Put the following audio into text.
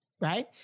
right